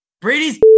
Brady's